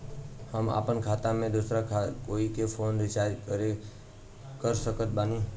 हम अपना खाता से दोसरा कोई के फोन रीचार्ज कइसे कर सकत बानी?